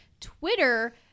Twitter